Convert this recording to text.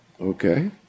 Okay